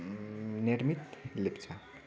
Nermit Lepcha